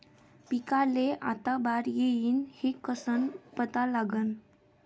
पिकाले आता बार येईन हे कसं पता लागन?